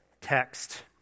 text